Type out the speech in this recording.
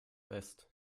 west